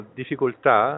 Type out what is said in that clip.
difficoltà